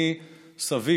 סבי,